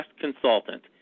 consultant